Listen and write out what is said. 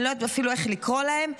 אני לא יודעת אפילו איך לקרוא להם,